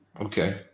Okay